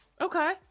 Okay